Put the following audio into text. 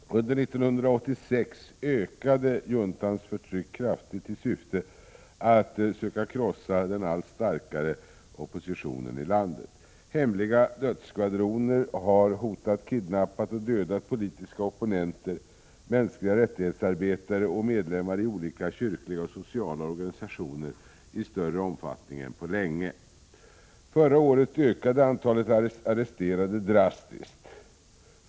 Under 1986 ökade juntans förtryck kraftigt i syfte att söka krossa den allt starkare oppositionen i landet. Hemliga dödsskvadroner har hotat, kidnappat och dödat politiska opponenter, arbetare för mänskliga rättigheter och medlemmar i olika kyrkliga och sociala organisationer i större omfattning än på länge. Förra året ökade antalet arresterade drastiskt.